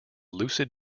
lucid